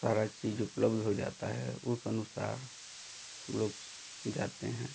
सारी चीज़ उपलब्ध हो जाती है उस अनुसार हम लोग जाते हैं